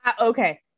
Okay